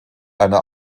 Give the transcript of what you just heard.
eine